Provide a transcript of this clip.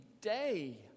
day